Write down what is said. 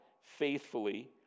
faithfully